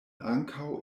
ankaŭ